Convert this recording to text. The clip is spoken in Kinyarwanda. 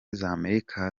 z’amerika